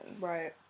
Right